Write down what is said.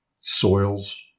soils